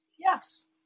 Yes